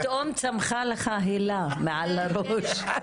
פתאום צמחה לך הילה מעל הראש.